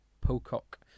Pocock